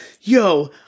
Yo